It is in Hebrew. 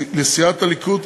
לסיעת הליכוד,